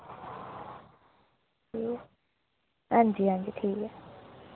अंजी अंजी ठीक ऐ